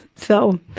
so,